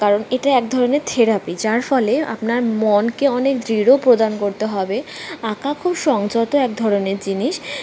কারণ এটা এক ধরনের থেরাপি যার ফলে আপনার মনকে অনেক দৃঢ় প্রদান করতে হবে আঁকা খুব সংযত এক ধরনের জিনিস